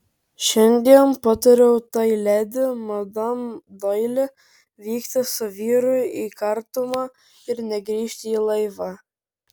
šiandien patariau tai ledi madam doili vykti su vyru į kartumą ir negrįžti į laivą